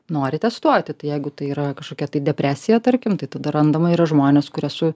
nori testuoti tai jeigu tai yra kažkokia tai depresija tarkim tai tada randama yra žmonės kurie su